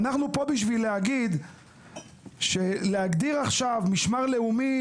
ואנחנו פה בשביל להגיד שלהגדיר עכשיו "משמר לאומי",